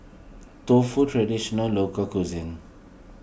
Tofu Traditional Local Cuisine